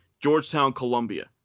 Georgetown-Columbia